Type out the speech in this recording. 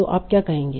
तो आप क्या देखेंगे